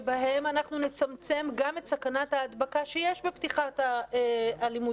שבהן אנחנו נצמצם גם את סכנת ההדבקה שיש בפתיחת הלימודים.